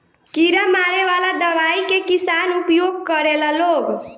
कीड़ा मारे वाला दवाई के किसान उपयोग करेला लोग